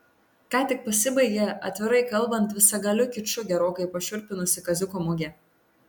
ką tik pasibaigė atvirai kalbant visagaliu kiču gerokai pašiurpinusi kaziuko mugė